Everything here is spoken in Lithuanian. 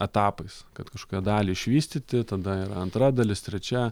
etapais kad kažkokią dalį išvystyti tada yra antra dalis trečia